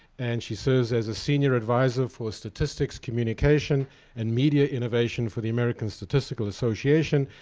and she serves as a senior adviser for statistics communication and media innovation for the american statistical association,